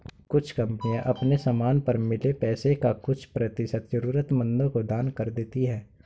कुछ कंपनियां अपने समान पर मिले पैसे का कुछ प्रतिशत जरूरतमंदों को दान कर देती हैं